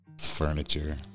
Furniture